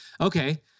Okay